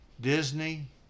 Disney